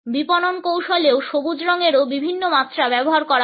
বিপণন কৌশলেও সবুজ রঙেরও বিভিন্ন মাত্রা ব্যবহার করা হয়